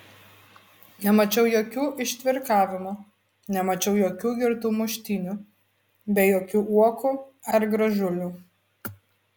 nemačiau jokių ištvirkavimų nemačiau jokių girtų muštynių bei jokių uokų ar gražulių